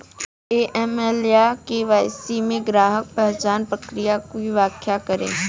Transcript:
AML या KYC में ग्राहक पहचान प्रक्रिया की व्याख्या करें?